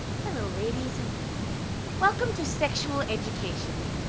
hello ladies, and welcome to sexual education.